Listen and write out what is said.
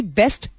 best